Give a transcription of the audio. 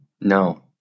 no